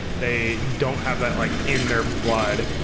they don't have that like in their blood.